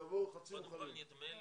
הם יבואו חצי מוכנים.